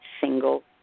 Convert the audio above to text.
single